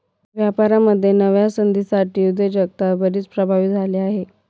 व्यापारामध्ये नव्या संधींसाठी उद्योजकता बरीच प्रभावित झाली आहे